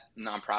nonprofit